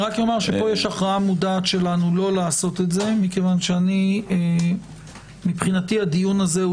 יש פה הכרעה מודעת שלנו לא לעשות את זה מכיוון שמבחינתי הדיון הזה הוא